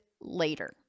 later